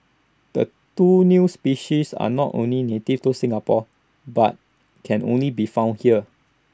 the two new species are not only native to Singapore but can only be found here